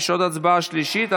יש עוד הצבעה בקריאה שלישית.